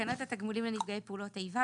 תקנות התקבולים לנפגעי פעולות איבה,